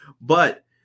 But-